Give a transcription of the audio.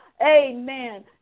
Amen